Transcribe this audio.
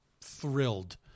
thrilled